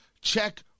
Check